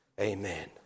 Amen